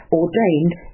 ordained